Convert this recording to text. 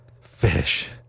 Fish